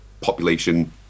population